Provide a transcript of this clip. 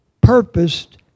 purposed